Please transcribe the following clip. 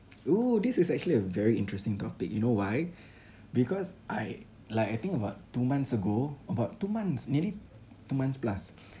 oo this is actually a very interesting topic you know why because I like I think about two months ago about two months nearly two months plus